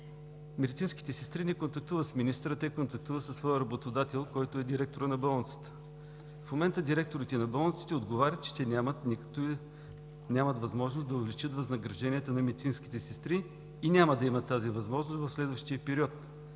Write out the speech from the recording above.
медицинските сестри не контактуват с министъра, те контактуват със своя работодател, който е директорът на болницата. В момента директорите на болниците отговарят, че те нямат възможност да увеличат възнагражденията на медицинските сестри и няма да имат тази възможност в следващия период.